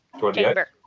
Chamber